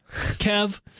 Kev